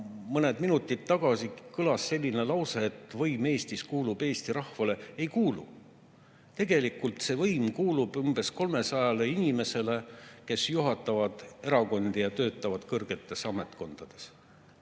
mõned minutid tagasi kõlas selline lause, et võim Eestis kuulub Eesti rahvale. Ei kuulu! Tegelikult võim kuulub umbes 300 inimesele, kes juhivad erakondi ja töötavad kõrgetes ametkondades.